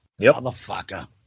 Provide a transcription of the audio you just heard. Motherfucker